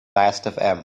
lastfm